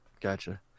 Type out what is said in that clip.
Gotcha